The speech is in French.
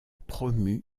promu